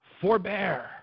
forbear